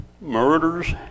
murders